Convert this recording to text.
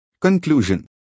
Conclusion